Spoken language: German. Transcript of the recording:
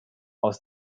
aus